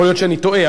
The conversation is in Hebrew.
יכול להיות שאני טועה,